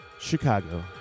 Chicago